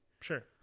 Sure